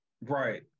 Right